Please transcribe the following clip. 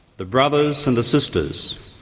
the brothers and the sisters,